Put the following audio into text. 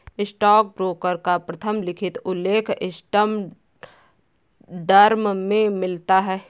stockbroker का प्रथम लिखित उल्लेख एम्स्टर्डम में मिलता है